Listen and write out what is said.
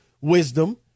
wisdom